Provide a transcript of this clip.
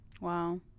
wow